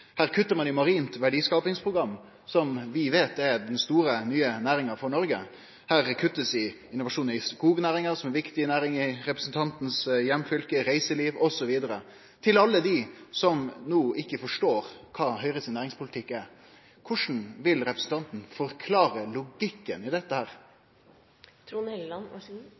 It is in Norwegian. Her kuttar ein i marint verdiskapingsprogram, som vi veit er den store, nye næringa for Noreg. Her blir det kutta i innovasjon i skognæringa, som er ei viktig næring i representanten sitt heimfylke, i reiseliv osv. Til alle dei som no ikkje forstår kva Høgre sin næringspolitikk er: Korleis vil representanten forklare logikken i dette?